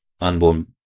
unborn